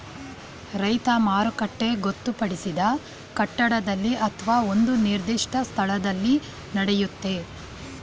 ರೈತ ಮಾರುಕಟ್ಟೆ ಗೊತ್ತುಪಡಿಸಿದ ಕಟ್ಟಡದಲ್ಲಿ ಅತ್ವ ಒಂದು ನಿರ್ದಿಷ್ಟ ಸ್ಥಳದಲ್ಲಿ ನಡೆಯುತ್ತೆ